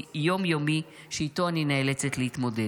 יום-יומי שאיתו אני נאלצת להתמודד.